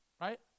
Right